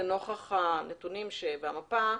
לנוכח הנתונים והמפה,